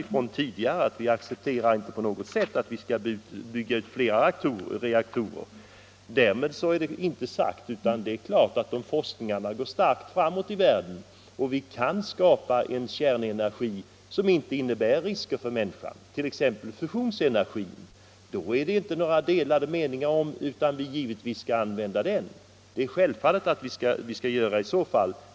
Vi har tidigare sagt ifrån att vi inte på något sätt accepterar att man bygger fler reaktorer. Om forskningen gör det möjligt att utnyttja kärnkraften utan att det medför risker för människan, t.ex. genom fusionsenergi, råder det naturligtvis inga delade meningar om att vi skall använda denna energi.